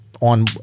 on